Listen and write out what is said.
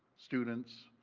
students,